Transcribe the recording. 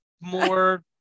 more